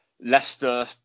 Leicester